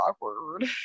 awkward